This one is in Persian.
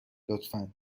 لطفا